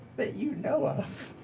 that you know of.